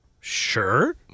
sure